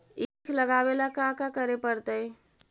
ईख लगावे ला का का करे पड़तैई?